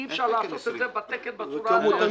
אי אפשר לעשות את זה בתקן בצורה הזאת.